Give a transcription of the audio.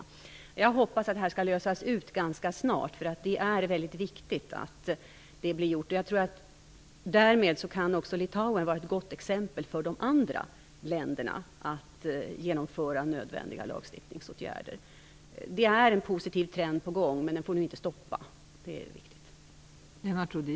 Jag hoppas att detta skall lösas ganska snart. Det är väldigt viktigt att det blir gjort. Därmed kan också Litauen utgöra ett gott exempel för de andra länderna när det gäller att genomföra nödvändiga lagstiftningsåtgärder. Det är en positiv trend på gång, och det är viktigt att vi inte stoppar den.